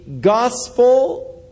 gospel